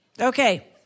Okay